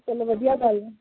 ਚਲੋ ਵਧੀਆ ਗੱਲ ਆ